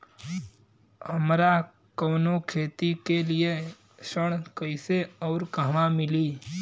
हमरा कवनो खेती के लिये ऋण कइसे अउर कहवा मिली?